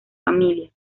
familias